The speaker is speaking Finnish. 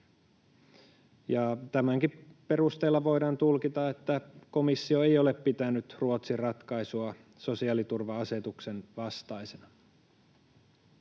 Tämänkin perusteella voidaan tulkita, että komissio ei ole pitänyt Ruotsin ratkaisua sosiaaliturva-asetuksen vastaisena.